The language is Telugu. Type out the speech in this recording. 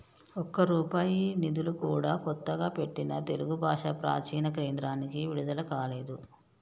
ఒక్క రూపాయి నిధులు కూడా కొత్తగా పెట్టిన తెలుగు భాషా ప్రాచీన కేంద్రానికి విడుదల కాలేదు